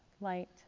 light